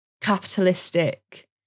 capitalistic